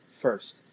first